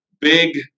big